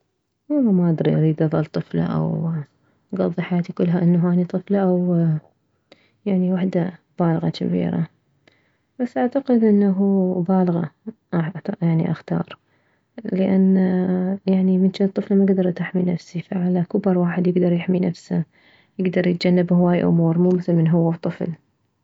والله ما ادري اريد اظل طفلة او اكضي حياتي كلها انه اني طفلة او يعني وحدة بالغة جبيرة بس اعتقد انه بالغة راح يعني اختار لان يعني من جنت طفلة مكدرت احمي نفسي فعلى كبر واحد يكدر يحمي نفسه يكدر يتجنب هواية امور مو مثل من هو طفل